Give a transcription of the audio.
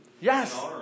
yes